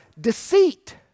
deceit